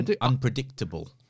unpredictable